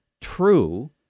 true